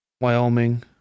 Wyoming